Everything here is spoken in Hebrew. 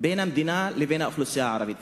בין המדינה לבין האוכלוסייה הערבית,